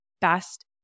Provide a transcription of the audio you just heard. best